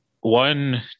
one